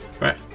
right